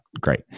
Great